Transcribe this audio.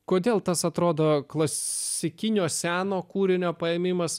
kodėl tas atrodo klasikinio seno kūrinio paėmimas